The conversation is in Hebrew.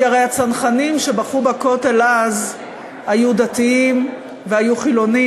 כי הרי הצנחנים שבכו בכותל אז היו דתיים והיו חילונים,